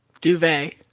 duvet